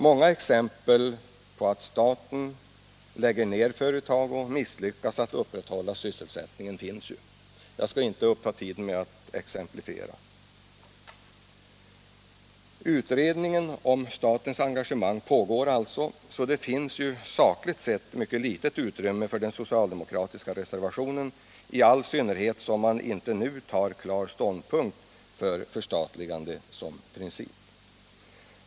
Många exempel på att staten lägger ned företag och misslyckas att upprätthålla sysselsättning finns ju. Jag skall inte uppta tiden med att exemplifiera. Utredningen om statens engagemang pågår som sagt, så det finns sakligt sett mycket litet utrymme för den socialdemokratiska reservationen, i all synnerhet som man inte nu tar klar ståndpunkt för förstatligande som princip.